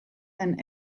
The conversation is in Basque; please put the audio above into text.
den